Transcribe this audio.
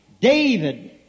David